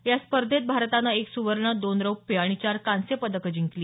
या स्पर्धेत भारतानं एक सुवर्ण दोन रजत आणि चार कांस्य पदकं जिंकली